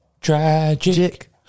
Tragic